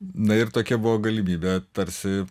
na ir tokia buvo galimybė tarsi